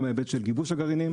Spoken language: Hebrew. גם בהיבט של גיבוש הגרעינים,